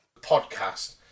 podcast